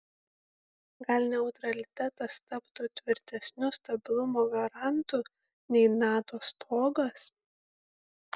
gal neutralitetas taptų tvirtesniu stabilumo garantu nei nato stogas